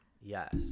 yes